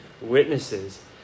witnesses